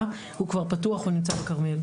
הממשלה, הוא כבר פתוח, הוא נמצא בכרמיאל.